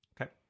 Okay